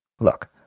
Look